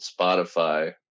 spotify